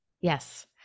Yes